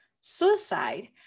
suicide